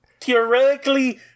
theoretically